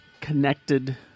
connected